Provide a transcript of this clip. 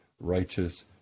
righteous